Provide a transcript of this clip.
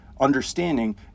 understanding